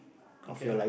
okay